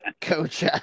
Coach